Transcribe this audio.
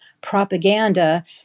propaganda